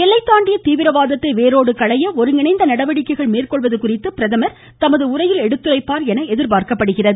எல்லைத் தாண்டிய தீவிரவாதத்தை வேரோடு களைய ஒருங்கிணைந்த நடவடிக்கைகள் மேற்கொள்வது குறித்து பிரதமா் தமது உரையில் எடுத்துரைப்பாா் என்று எதிர்பார்க்கப்படுகிறது